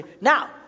Now